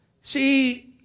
See